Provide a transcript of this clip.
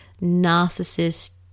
narcissist